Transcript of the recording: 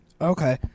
Okay